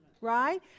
right